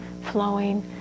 flowing